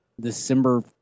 December